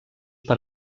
per